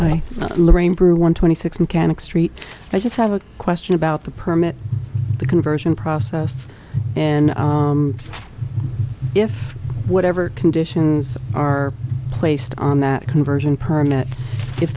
know lorraine brewer one twenty six mechanic street i just have a question about the permit the conversion process and if whatever conditions are placed on that conversion permit if